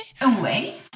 Away